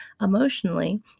Emotionally